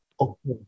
Okay